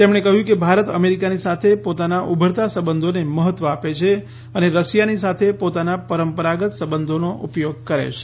તેમણે કહ્યું કે ભારત અમેરિકાની સાથે પોતાના ઉભરતા સંબંધોને મહત્વ આપે છે અને રશિયાની સાથે પોતાના પરંપરાગત સંબંધોનો ઉપયોગ કરે છે